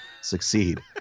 succeed